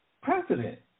president